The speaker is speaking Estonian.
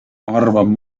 arvan